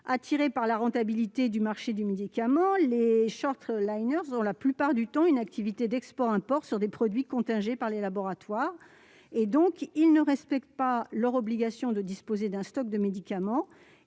Attirés par la rentabilité du marché du médicament, les ont, la plupart du temps, une activité d'import-export sur des produits contingentés par les laboratoires. Dès lors, ils ne respectent ni l'obligation de disposer d'un stock de médicaments